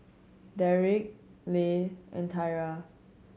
Derik Leigh and Tyra